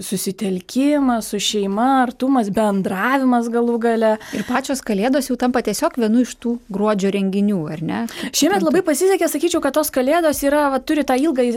susitelkimas su šeima artumas bendravimas galų gale ir pačios kalėdos jau tampa tiesiog vienu iš tų gruodžio renginių ar ne šiemet labai pasisekė sakyčiau kad tos kalėdos yra va turi tą ilgąjį